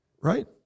Right